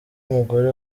mugore